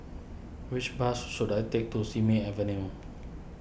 which bus should I take to Simei Avenue